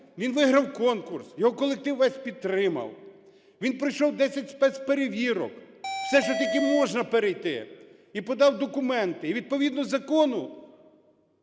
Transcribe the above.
Він виграв конкурс. Його колектив весь підтримав. Він пройшов 10 спецперевірок. Все, що тільки можна перейти. І подав документи. І відповідно закону